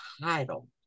title